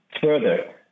further